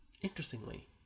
interestingly